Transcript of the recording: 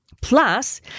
Plus